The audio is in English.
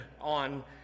on